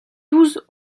douze